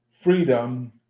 freedom